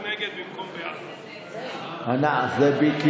60, בעד, 51. ההסתייגות לא עברה.